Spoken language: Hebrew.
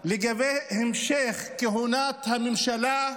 לגבי המשך כהונת הממשלה,